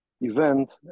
event